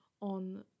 on